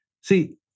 See